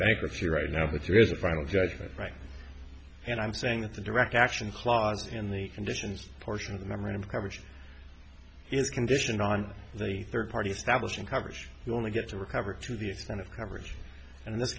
bankruptcy right now but your is a final judgment right and i'm saying that the direct action clause in the conditions portion of the memorandum coverage is conditional on the third party establishing coverage you only get to recover to the extent of coverage and this